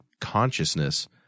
consciousness